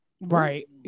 right